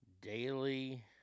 daily